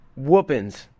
Whoopins